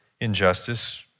injustice